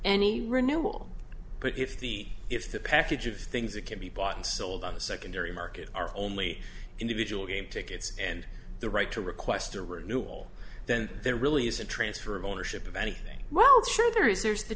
any renewal but if the if the package of things that can be bought and sold on the secondary market are only individual game tickets and the right to request a renewal then there really is a transfer of ownership of anything well sure there is there's the